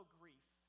grief